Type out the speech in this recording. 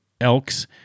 Elks